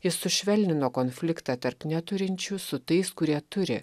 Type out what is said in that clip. jis sušvelnino konfliktą tarp neturinčių su tais kurie turi